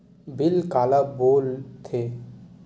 Bill काला बोल थे?